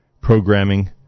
programming